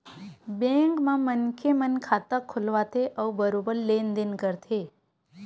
bank म मनखे मन खाता खोलवाथे अउ बरोबर लेन देन करथे